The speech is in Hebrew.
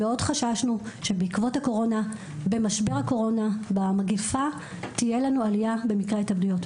בעקבות חששנו שבמשבר הקורונה ובמגפה תהיה לנו עלייה במקרי ההתאבדויות.